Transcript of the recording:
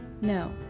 No